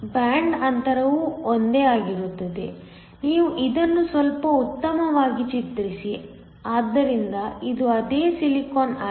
band ಅಂತರವು ಒಂದೇ ಆಗಿರುತ್ತದೆ ನೀವು ಇದನ್ನು ಸ್ವಲ್ಪ ಉತ್ತಮವಾಗಿ ಚಿತ್ರಿಸಿ ಆದ್ದರಿಂದ ಇದು ಅದೇ ಸಿಲಿಕಾನ್ಆಗಿದೆ